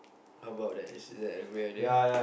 how about that is that a good idea